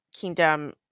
kingdom